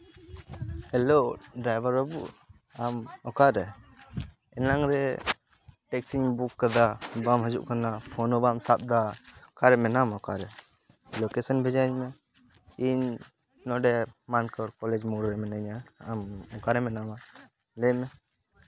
hello driver ᱵᱟᱹᱵᱩ ᱟᱢ ᱚᱠᱟᱨᱮ ᱮᱱᱟᱝ ᱨᱮ ᱴᱮᱠᱥᱤᱧ ᱵᱩᱠ ᱠᱟᱫᱟ ᱵᱟᱢ ᱦᱤᱡᱩᱜ ᱠᱟᱱᱟ ᱯᱷᱳᱱ ᱦᱚᱸ ᱵᱟᱢ ᱥᱟᱵ ᱫᱟ ᱚᱠᱟᱨᱮ ᱢᱮᱱᱟᱢᱟ ᱚᱠᱟᱨᱮ ᱞᱳᱠᱮᱥᱚᱱ ᱵᱷᱮᱡᱟᱣᱤᱧ ᱢᱮ ᱤᱧ ᱱᱚᱸᱰᱮ ᱢᱟᱱᱠᱚᱨ ᱠᱚᱞᱮᱡᱽ ᱢᱳᱲ ᱨᱮ ᱢᱤᱱᱟᱹᱧᱟ ᱟᱢ ᱚᱠᱟᱨᱮ ᱢᱮᱱᱟᱢᱟ ᱞᱟᱹᱭ ᱢᱮ